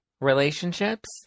relationships